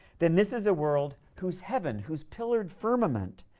then this is a world whose heaven, whose pillared firmament,